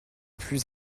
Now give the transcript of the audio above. plus